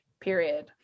period